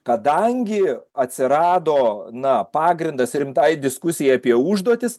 kadangi atsirado na pagrindas rimtai diskusijai apie užduotis